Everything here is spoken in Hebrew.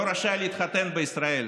לא רשאי להתחתן בישראל.